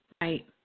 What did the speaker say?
Right